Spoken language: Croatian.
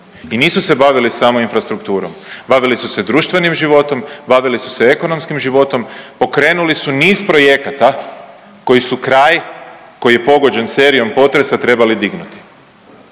i nisu se bavili samo infrastrukturom, bavili su se društvenim životom, bavili su se ekonomskim životom, pokrenuli su niz projekata koji su kraj koji je pogođen serijom potresa trebali dignuti.